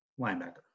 linebacker